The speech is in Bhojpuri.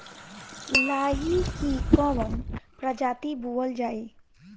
लाही की कवन प्रजाति बोअल जाई?